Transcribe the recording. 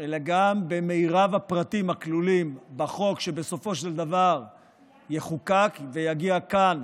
אלא גם במרב הפרטים שכלולים בחוק שבסופו של דבר יחוקק ויגיע כאן